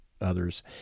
others